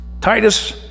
Titus